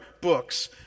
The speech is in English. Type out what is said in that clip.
books